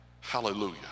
Hallelujah